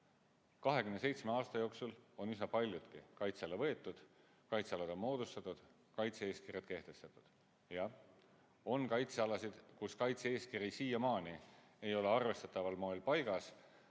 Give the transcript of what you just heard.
27 aasta jooksul on üsna paljutki kaitse alla võetud, kaitsealad on moodustatud, kaitse-eeskirjad kehtestatud. Jah, on kaitsealasid, kus kaitse-eeskiri siiamaani ei ole arvestataval moel paigas.